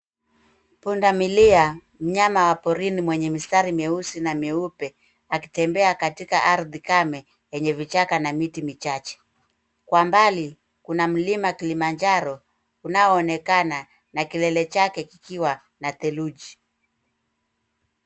Pundamilia mnyama wa porini mwenye mistari meusi na meupe akitembea katika ardhi kame yenye vichaka na miti michache kwa mbali kuna mlima kilimajaro unaoonekana na kilele chake kikiwa na theluji.